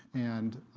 and